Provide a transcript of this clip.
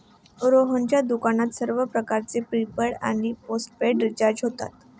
रोहितच्या दुकानात सर्व प्रकारचे प्रीपेड आणि पोस्टपेड रिचार्ज होतात